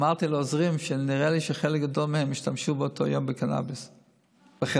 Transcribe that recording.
אמרתי לעוזרים שנראה לי שחלק גדול מהם השתמשו באותו יום בקנביס בחדר.